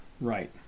Right